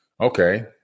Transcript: Okay